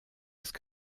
ist